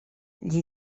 gli